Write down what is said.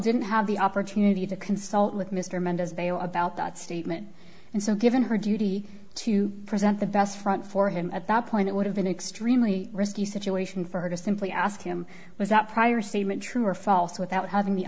didn't have the opportunity to consult with mr mendez bail about that statement and so given her duty to present the best front for him at that point it would have been extremely risky situation for her to simply ask him without prior statement true or false without having the